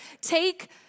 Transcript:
take